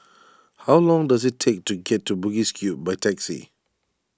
how long does it take to get to Bugis Cube by taxi